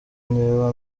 niba